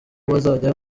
bazajya